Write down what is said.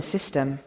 System